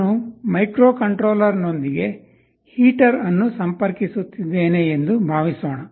ನಾನು ಮೈಕ್ರೊಕಂಟ್ರೋಲರ್ನೊಂದಿಗೆ ಹೀಟರ್ ಅನ್ನು ಸಂಪರ್ಕಿಸುತ್ತಿದ್ದೇನೆ ಎಂದು ಭಾವಿಸೋಣ